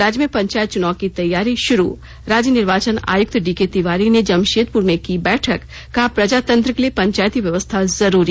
राज्य में पंचायत चुनाव की तैयारी शुरू राज्य निर्वाचन आयुक्त डीके तिवारी ने जमशेदपुर में ने की बैठक कहा प्रजातंत्र के लिए पंचायती व्यवस्था जरूरी